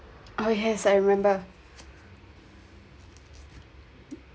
oh yes I remember